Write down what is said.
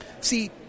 See